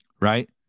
right